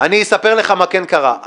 אני אספר לך מה כן קרה.